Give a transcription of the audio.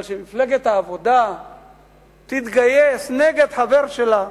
אבל שמפלגת העבודה תתגייס נגד חבר שלה,